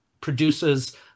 produces